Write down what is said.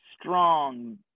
strong